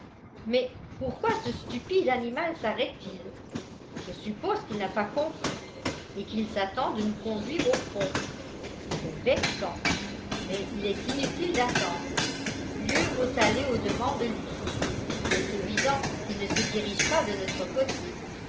mais pourquoi ce stupide animal sarrête t il je suppose qu'il n'a pas compris et qu'il s'attend de nous conduire au pont c'est vexant mais il est inutile d'attendre mieux vaut aller au-devant de lui il est évident qu'il ne se dirige pas de notre côté